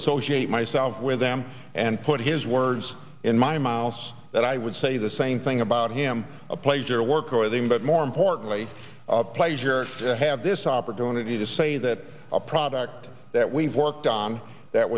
associate myself with them and put his words in my miles that i would say the same thing about him a pleasure work for them but more importantly pleasure to have this opportunity to say that a product that we've worked on that